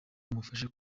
amufata